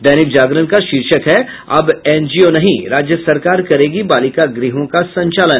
दैनिक जागरण का शीर्षक है अब एनजीओ नहीं राज्य सरकार करेगी बालिका गृहों का संचालन